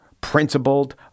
principled